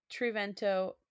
Trivento